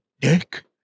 dick